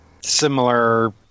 similar